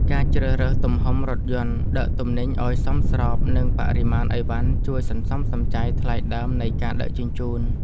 ការជ្រើសរើសទំហំរថយន្តដឹកទំនិញឱ្យសមស្របនឹងបរិមាណអីវ៉ាន់ជួយសន្សំសំចៃថ្លៃដើមនៃការដឹកជញ្ជូន។